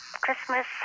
Christmas